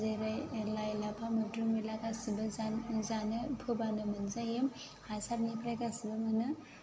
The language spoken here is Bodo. जेरै लाइ लाफा मैद्रु मैला गासिबो जा जानो फोबानो मोनजायो हासारनिफ्राय गासिबो मोनो